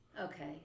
Okay